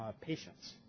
patients